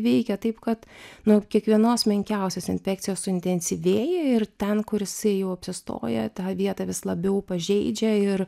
veikė taip kad nuo kiekvienos menkiausios infekcijos suintensyvėja ir ten kur jisai jau apsistoja tą vietą vis labiau pažeidžia ir